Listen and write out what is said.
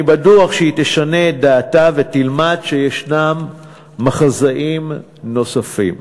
אני בטוח שהיא תשנה את דעתה ותלמד שישנם מחזאים נוספים.